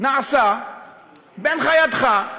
נעשה בהנחייתך,